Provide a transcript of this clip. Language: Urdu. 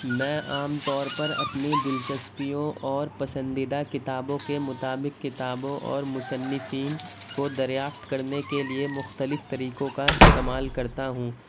میں عام طور پر اپنی دلچسپیوں اور پسندیدہ کتابوں کے مطابق کتابوں اور مصنفین کو دریافت کرنے کے لیے مختلف طریقوں کا استعمال کرتا ہوں